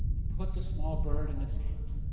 and put the small bird in his hand